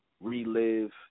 relive